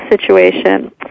situation